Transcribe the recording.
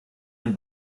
den